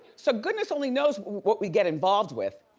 so goodness only knows what we get involved with.